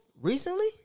Recently